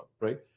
Right